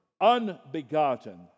unbegotten